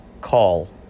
call